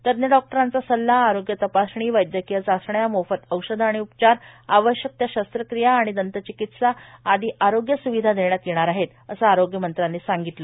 तज्ज्ञ डॉक्टरांचा सल्ला आरोग्य तपासणी वैद्यकीय चाचण्या मोफत औषधे आणि उपचार आवश्यक त्या शस्त्रक्रिया आणि दंतचिकित्सा आदी आरोग्य स्विधा देण्यात येणार आहेत असे आरोग्य मंत्र्यांनी सांगितले